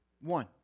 one